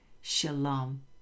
shalom